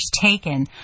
taken